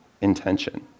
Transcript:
intention